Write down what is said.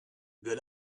good